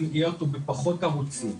אם יהיה אותו בפחות ערוצים,